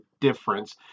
difference